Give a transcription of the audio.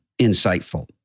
insightful